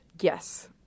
Yes